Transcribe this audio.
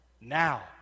Now